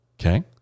okay